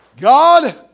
God